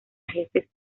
jefes